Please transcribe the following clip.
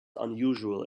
unusual